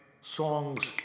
songs